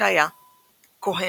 שהיה כוהן.